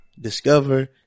discover